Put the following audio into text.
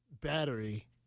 battery